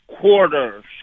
quarters